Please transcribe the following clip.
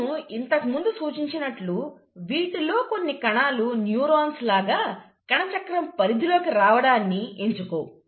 నేను ఇంతకుముందు సూచించినట్లు వీటిలో కొన్ని కణాలు న్యూరాన్స్ లాగ కణచక్రం పరిధిలోకి రావడాన్ని ఎంచుకోవు